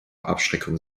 abschreckung